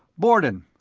bourdon,